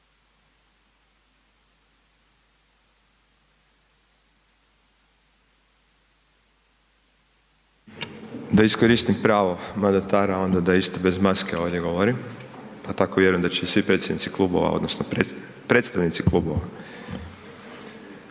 Da iskoristim pravo mandatara onda da isto bez maske ovdje govorim pa tako vjerujem da će svi predsjednici klubova odnosno predstavnici klubova.